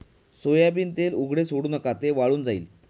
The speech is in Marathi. सोयाबीन तेल उघडे सोडू नका, ते वाळून जाईल